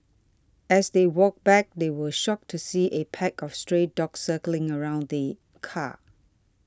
as they walked back they were shocked to see a pack of stray dogs circling around the car